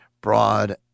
Broad